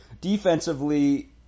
Defensively